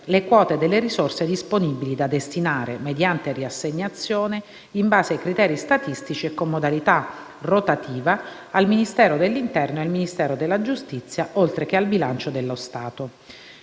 le quote delle risorse disponibili da destinare, mediante riassegnazione, in base a criteri statistici e con modalità rotativa, al Ministero dell'interno e al Ministero della giustizia, oltre che al bilancio dello Stato.